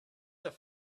have